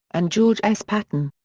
and george s. patton.